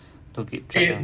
to keep track